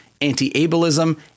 anti-ableism